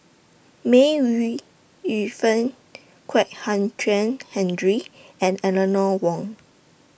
May Ooi Yu Fen Kwek Hian Chuan Henry and Eleanor Wong